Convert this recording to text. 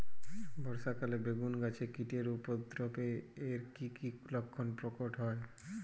বর্ষা কালে বেগুন গাছে কীটের উপদ্রবে এর কী কী লক্ষণ প্রকট হয়?